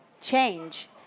change